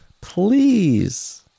please